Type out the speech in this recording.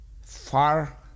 far